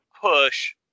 push